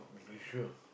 you sure